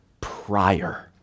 prior